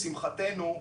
לשמחתנו,